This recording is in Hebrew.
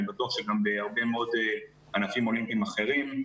אני בטוח שגם בענפים אולימפיים אחרים,